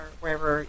wherever